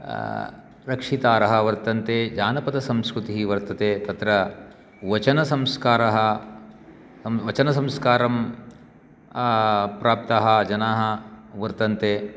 रक्षितारः वर्तन्ते जानपदसंस्कृतिः वर्तते तत्र वचनसंस्कारः वचनसंस्कारं प्राप्ताः जनाः वर्तन्ते